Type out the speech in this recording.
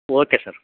okay sir